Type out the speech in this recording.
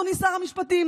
אדוני שר המשפטים,